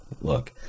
look